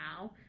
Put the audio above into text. now